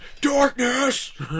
Darkness